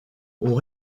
ont